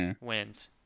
wins